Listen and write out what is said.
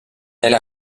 elle